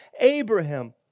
Abraham